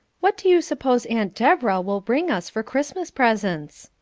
what do you suppose aunt deborah will bring us for christmas presents?